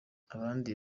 abandi